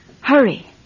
Hurry